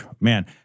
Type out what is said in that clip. Man